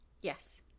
Yes